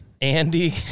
Andy